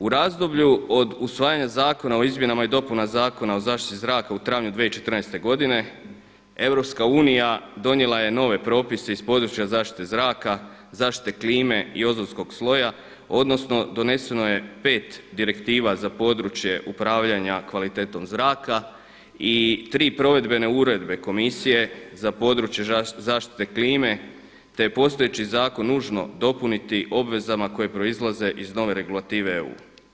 U razdoblju od usvajanja Zakona o izmjenama i dopunama Zakona o zaštiti zraka u travnju 2014. godine Europska unija donijela je nove propise iz područja zaštite zraka, zaštite klime i ozonskog sloja, odnosno doneseno je 5 direktiva za područje upravljanja kvalitetom zraka i tri provedbene uredbe komisije za područje zaštite klime te je postojeći zakon nužno dopuniti obvezama koje proizlaze iz nove regulative EU.